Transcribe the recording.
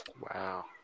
Wow